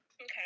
okay